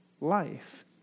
life